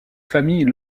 familles